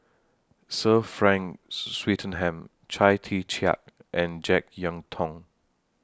Sir Frank Swettenham Chia Tee Chiak and Jek Yeun Thong